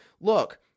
look